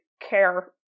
care